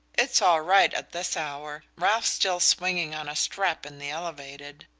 it's all right at this hour ralph's still swinging on a strap in the elevated.